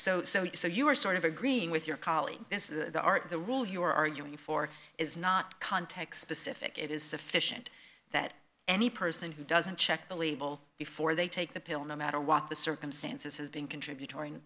think so so you are sort of agreeing with your colleague this is the art of the rule you are arguing for is not context specific it is sufficient that any person who doesn't check the label before they take the pill no matter what the circumstances has been contributory